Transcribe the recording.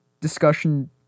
discussion